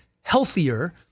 healthier